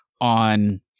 on